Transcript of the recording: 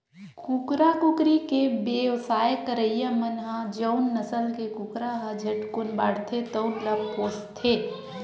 कुकरा, कुकरी के बेवसाय करइया मन ह जउन नसल के कुकरा ह झटकुन बाड़थे तउन ल पोसथे